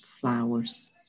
flowers